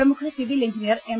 പ്രമുഖ civil engineer M